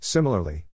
Similarly